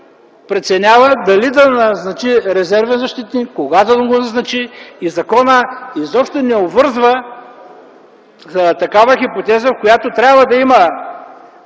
преценяват дали да се назначи резервен защитник, кога да го назначи законът изобщо не обвързва такава хипотеза, в която трябва да има